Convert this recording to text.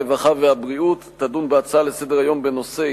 הרווחה והבריאות תדון בהצעות לסדר-היום בנושא: